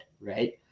right